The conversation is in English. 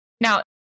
Now